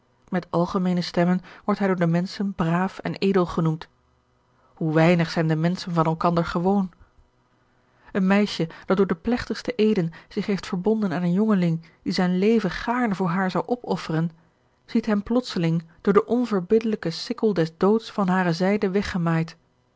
met algemeene stemmen wordt hij door de menschen braaf en edel genoemd hoe weinig zijn de menschen van elkander gewoon een meisje dat door de plegtigste eeden zich heeft verbonden aan een jongeling die zijn leven gaarne voor haar zou opofferen george een ongeluksvogel ziet hem plotseling door de onverbiddelijke sikkel des doods van hare zijde weggemaaid